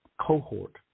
cohort